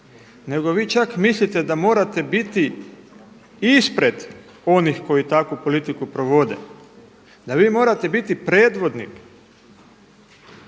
nego vi čak mislite da morate biti ispred onih koji takvu politiku provode, da vi morate biti predvodnik